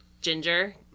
ginger